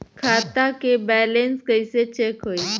खता के बैलेंस कइसे चेक होई?